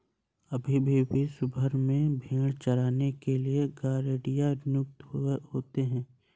अभी भी विश्व भर में भेंड़ों को चराने के लिए गरेड़िए नियुक्त होते हैं